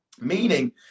meaning